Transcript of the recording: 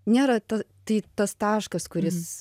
nėra ta tai tas taškas kuris